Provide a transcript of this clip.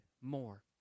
more